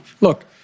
Look